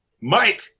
Mike